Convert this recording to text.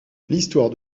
l’histoire